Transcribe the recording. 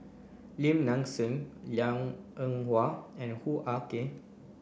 Lim Nang Seng Liang Eng Hwa and Hoo Ah Kay